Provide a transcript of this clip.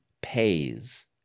pays